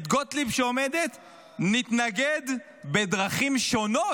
את גוטליב שעומדת ואומרת: נתנגד בדרכים שונות,